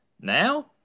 now